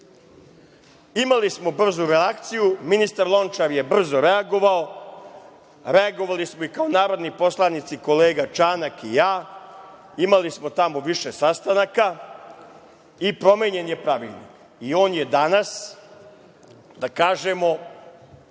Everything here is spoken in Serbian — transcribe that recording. Imali smo brzu reakciju, ministar Lončar je brzo reagovao, reagovali smo i kao narodni poslanici, kolega Čanak i ja, imali smo tamo više sastanaka, i promenjen je pravilnik i on je danas da kažemo